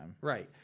Right